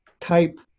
type